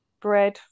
Bread